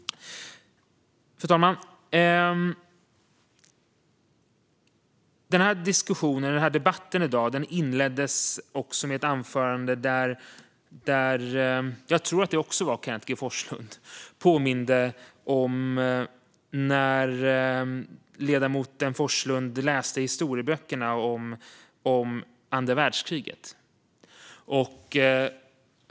Fru talman! Den här debatten inleddes med ett anförande där Kenneth G Forslund påminde sig om när han läste i historieböckerna om andra världskriget.